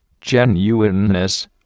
genuineness